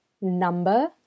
number